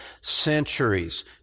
centuries